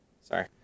Sorry